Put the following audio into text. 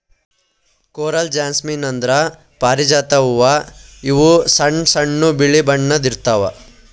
coral jasmine ಅಂದ್ರ ಪಾರಿಜಾತ ಹೂವಾ ಇವು ಸಣ್ಣ್ ಸಣ್ಣು ಬಿಳಿ ಬಣ್ಣದ್ ಇರ್ತವ್